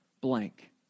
blank